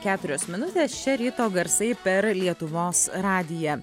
keturios minutės čia ryto garsai per lietuvos radiją